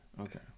Okay